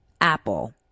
Apple